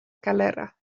calera